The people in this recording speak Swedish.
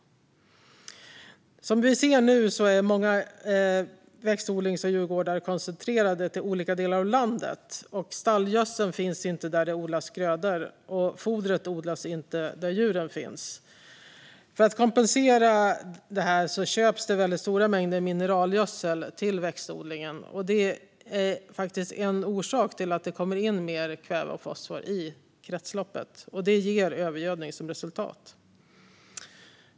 Som vi ser är växtodlings och djurgårdar nu koncentrerade till olika delar av landet. Stallgödseln finns inte där det odlas grödor, och fodret odlas inte där djuren finns. För att kompensera för detta köps det stora mängder mineralgödsel till växtodlingen, och detta är en orsak till att mer kväve och fosfor kommer in i kretsloppet, med övergödning som resultat.